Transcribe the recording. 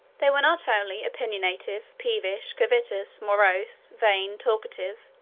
they were not only opinionative, peevish, covetous, morose, vain, talkative,